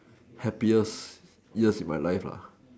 happiest years in my life